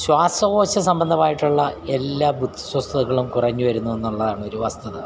ശ്വാസകോശ സംബന്ധമായിട്ടുള്ള എല്ലാ അസ്വസ്ഥകളും കുറഞ്ഞു വരുന്ന് എന്നുള്ളതാണൊരു വസ്തുത